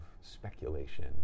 speculation